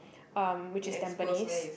um which is tampines